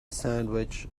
sandwich